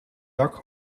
dak